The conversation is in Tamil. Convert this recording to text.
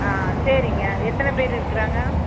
ஆ சரிங்க எத்தனை பேர் இருக்கிறாங்க